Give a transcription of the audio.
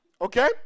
Okay